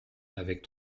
avec